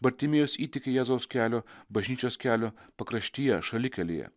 bartimiejus įteikia jėzaus kelio bažnyčios kelio pakraštyje šalikelėje